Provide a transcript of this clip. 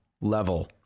level